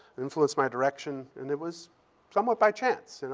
influenced my direction, and it was somewhat by chance. and